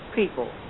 people